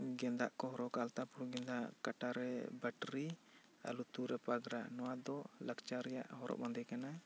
ᱜᱮᱸᱫᱟᱜ ᱠᱚ ᱦᱚᱨᱚᱜᱟ ᱟᱞᱛᱟᱯᱷᱩᱱ ᱜᱮᱸᱫᱟᱜ ᱠᱟᱴᱟ ᱨᱮ ᱵᱮᱴᱨᱤ ᱟᱨ ᱞᱩᱛᱩᱨ ᱨᱮ ᱯᱟᱜᱽᱨᱟ ᱱᱚᱣᱟ ᱫᱚ ᱞᱟᱠᱪᱟᱨ ᱨᱮᱭᱟᱜ ᱦᱚᱨᱚᱜ ᱵᱟᱸᱫᱮ ᱠᱟᱱᱟ